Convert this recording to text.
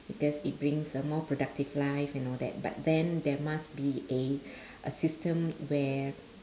because it brings a more productive life and all that but then there must be a a system where